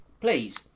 please